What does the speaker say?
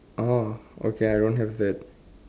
orh okay I don't have that